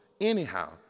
anyhow